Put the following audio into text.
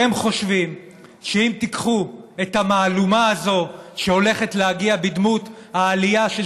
אתם חושבים שאם תיקחו את המהלומה הזו שהולכת להגיע בדמות העלייה של